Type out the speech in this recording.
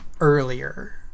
earlier